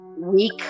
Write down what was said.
weak